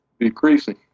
decreasing